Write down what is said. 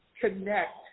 connect